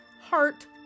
heart